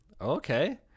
Okay